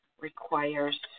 requires –